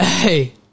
Hey